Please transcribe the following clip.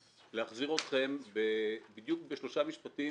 להחזיר אתכם בדיוק בשלושה משפטים